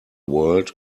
world